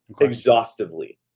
exhaustively